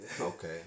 Okay